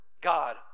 God